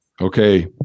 Okay